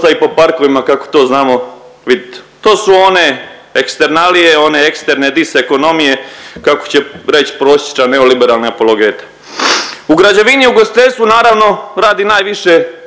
po parkovima kako to znamo vidit. To su one eksternalije, one eksterne disekonomije kako će reći prosječan neoliberalni apologeta. U građevini i u ugostiteljstvu naravno radi najviše